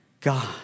God